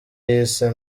yise